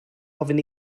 ofyn